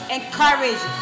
Encourage